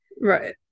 right